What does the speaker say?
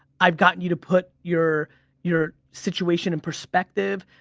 i've gotten you to put your your situation in perspective.